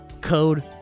code